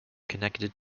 connected